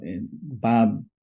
Bob